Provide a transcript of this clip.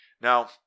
Now